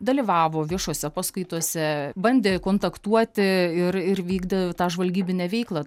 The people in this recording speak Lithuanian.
dalyvavo viešose paskaitose bandė kontaktuoti ir ir vykdė tą žvalgybinę veiklą